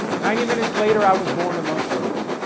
ninety minutes later, i was born a month early.